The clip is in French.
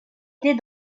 était